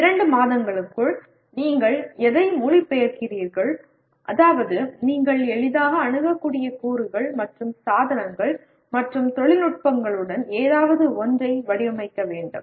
இரண்டு மாதங்களுக்குள் நீங்கள் எதை மொழிபெயர்க்கிறீர்கள் அதாவது நீங்கள் எளிதாக அணுகக்கூடிய கூறுகள் மற்றும் சாதனங்கள் மற்றும் தொழில்நுட்பங்களுடன் ஏதாவது ஒன்றை வடிவமைக்க வேண்டும்